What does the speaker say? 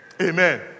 Amen